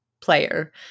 player